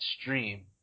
stream